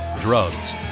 drugs